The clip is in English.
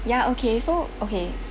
ya okay so okay